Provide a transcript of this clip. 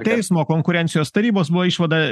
teismo konkurencijos tarybos buvo išvada